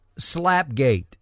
Slapgate